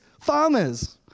farmers